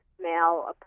male